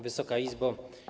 Wysoka Izbo!